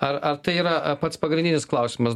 ar ar tai yra a pats pagrindinis klausimas